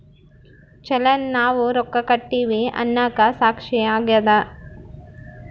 ಚಲನ್ ನಾವ್ ರೊಕ್ಕ ಕಟ್ಟಿವಿ ಅನ್ನಕ ಸಾಕ್ಷಿ ಆಗ್ಯದ